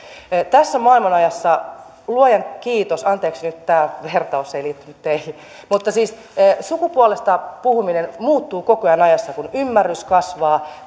tässä maailmanajassa luojan kiitos anteeksi nyt tämä vertaus ei liittynyt teihin sukupuolesta puhuminen muuttuu koko ajan ajassa kun ymmärrys kasvaa